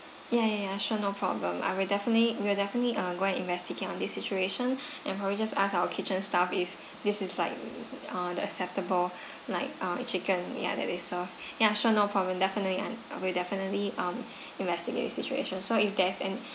ya ya ya sure no problem I will definitely we'll definitely uh go and investigate on this situation and probably just ask our kitchen staff if this is like uh the acceptable like uh chicken ya that they serve ya sure no problem definitely and I will definitely um investigate the situation so if there's any